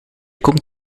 komt